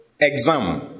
exam